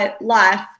life